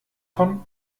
von